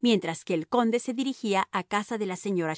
mientras que el conde se dirigía a casa de la señora